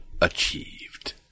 achieved